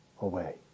away